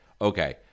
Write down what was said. okay